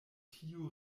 tiu